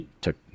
took